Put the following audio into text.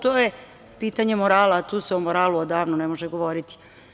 To je pitanje morala, a tu se o moralu odavno ne može govoriti.